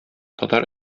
татар